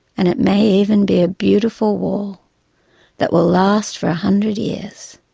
and it may even be a beautiful wall that will last for a hundred years.